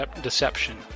Deception